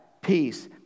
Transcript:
peace